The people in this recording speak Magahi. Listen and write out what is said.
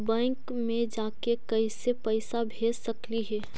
बैंक मे जाके कैसे पैसा भेज सकली हे?